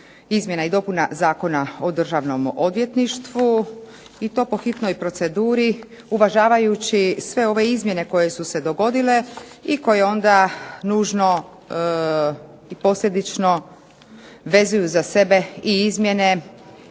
izmjena i dopuna Zakona o Državnom odvjetništvu i to po hitnoj proceduri, uvažavajući sve ove izmjene koje su se dogodile i koje onda nužno i posljedično vezuju za sebe i izmjene